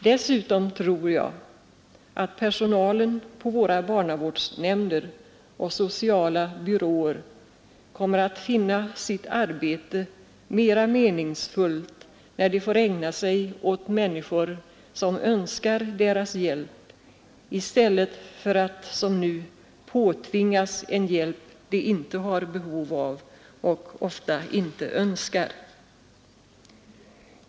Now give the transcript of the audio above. Dessutom tror jag att personalen på våra barnavårdsnämnder och sociala byråer kommer att finna sitt arbete mera meningsfullt när man får ägna sig åt människor som önskar hjälp i stället för att som nu ägna sig åt människor som påtvingas en hjälp som de inte har behov av och ofta inte önskar.